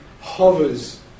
hovers